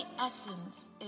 essence